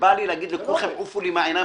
שבא לי להגיד לכולכם: עופו לי מהעיניים,